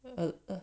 哦哦